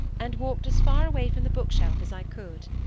and walked as far away from the bookshelf as i could.